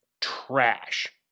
trash